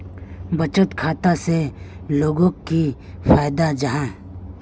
बचत खाता से लोगोक की फायदा जाहा?